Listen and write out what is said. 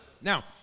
Now